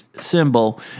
symbol